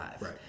Right